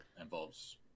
involves